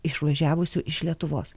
išvažiavusių iš lietuvos